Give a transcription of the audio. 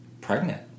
pregnant